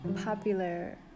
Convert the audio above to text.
popular